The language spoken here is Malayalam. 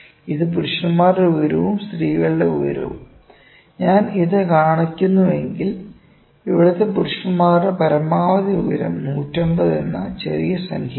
ഇത് പുരുഷന്മാരുടെ ഉയരവും സ്ത്രീകളുടെ ഉയരവും ഞാൻ ഇത് കാണിക്കുന്നുവെങ്കിൽ ഇവിടുത്തെ പുരുഷന്മാരുടെ പരമാവധി ഉയരം 150 എന്ന ചെറിയ സംഖ്യയാണ്